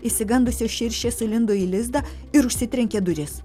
išsigandusios širšės sulindo į lizdą ir užsitrenkė duris